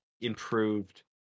improved